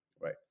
Right